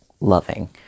loving